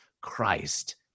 Christ